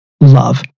love